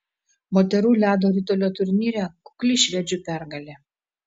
moterų ledo ritulio turnyre kukli švedžių pergalė